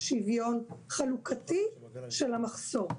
שוויון חלוקתי של המחסור.